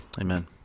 amen